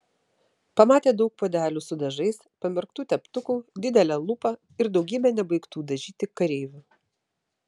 pamatė daug puodelių su dažais pamerktų teptukų didelę lupą ir daugybę nebaigtų dažyti kareivių